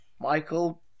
Michael